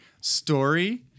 story